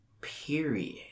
period